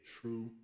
true